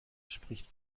spricht